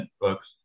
books